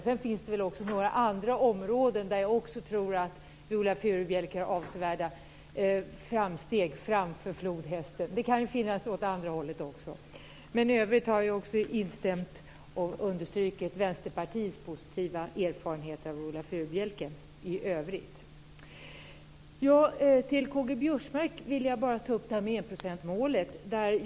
Sedan finns det väl också några andra områden där Viola Furubjelke har avsevärda fördelar framför flodhästen. Det kan ju vara åt andra hållet också. Men jag har också understrukit Vänsterpartiets positiva erfarenheter av Viola Furubjelke i övrigt. Med K-G Biörsmark vill jag bara ta upp med enprocentsmålet.